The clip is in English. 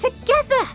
together